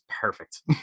perfect